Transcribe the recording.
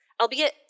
albeit